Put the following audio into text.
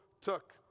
took